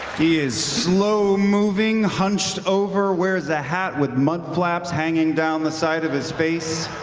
he is slow-moving, hunched over, wears a hat with mudflaps hanging down the side of his face.